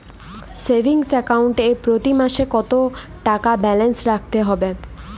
Savings account এ প্রতি মাসে কতো টাকা ব্যালান্স রাখতে হবে?